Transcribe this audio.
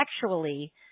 sexually